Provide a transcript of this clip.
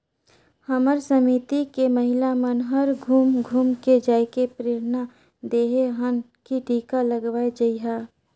हमर समिति के महिला मन हर घुम घुम के जायके प्रेरना देहे हन की टीका लगवाये जइहा